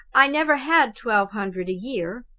i never had twelve hundred a year.